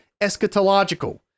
eschatological